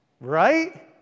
right